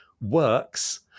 works